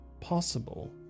Possible